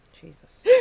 Jesus